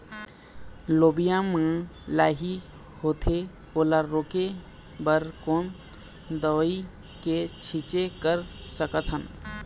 लोबिया मा लाही होथे ओला रोके बर कोन दवई के छीचें कर सकथन?